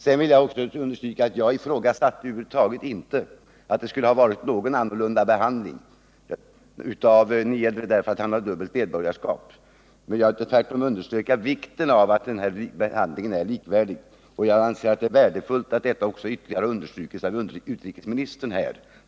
Sedan vill jag också understryka att jag över huvud taget inte ifrågasatte att Niedre skulle ha fått en annorlunda behandling än andra därför att han har dubbelt medborgarskap. Tvärtom underströk jag vikten av att behandlingen är likvärdig, och jag anser att det är värdefullt att detta ytterligare har understrukits av utrikesministern här.